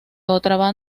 otra